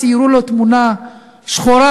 ציירו לו תמונה שחורה,